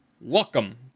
Welcome